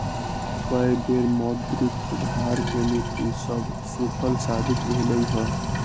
कय बेर मौद्रिक सुधार के नीति सभ सूफल साबित भेलइ हन